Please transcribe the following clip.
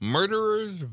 Murderer's